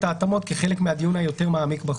ההתאמות כחלק מהדיון היותר מעמיק בחוק.